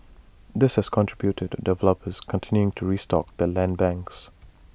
this has contributed to developers continuing to restock their land banks